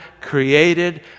created